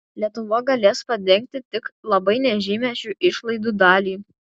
lietuva galės padengti tik labai nežymią šių išlaidų dalį